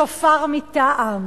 שופר מטעם.